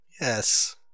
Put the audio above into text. Yes